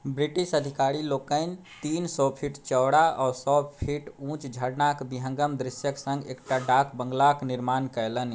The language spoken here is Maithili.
ब्रिटिश अधिकारी लोकनि तीन सए फीट चौड़ा ओ सए फीट उञ्च झरनाके विहङ्गम दृश्यके सङ्ग एकटा डाक बङ्गलाके निर्माण कयलनि